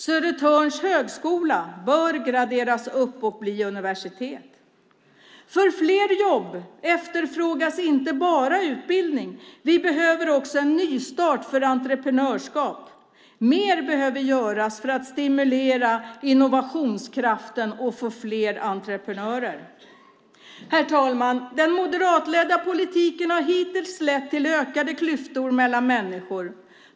Södertörns högskola bör graderas upp och bli universitet. För fler jobb efterfrågas inte bara utbildning. Vi behöver också en nystart för entreprenörskap. Mer behöver göras för att stimulera innovationskraften och få fler entreprenörer. Herr talman! Den moderatledda politiken har hittills lett till ökade klyftor mellan människor.